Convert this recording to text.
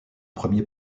premier